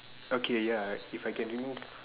okay ya if I can remove